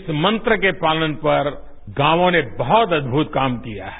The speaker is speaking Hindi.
इस मंत्र के पालन पर गांवों ने बहत अदभूत काम किया है